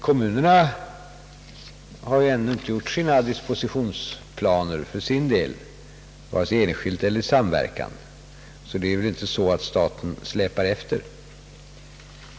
Kommunerna har ännu inte gjort sina dispositionsplaner, vare sig enskilt eller i samverkan, så staten släpar ju inte efter.